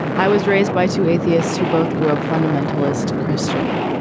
i was raised by two atheists who both grew up fundamentalist christian.